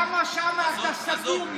למה שם אתה סתום,